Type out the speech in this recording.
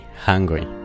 hungry